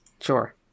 Sure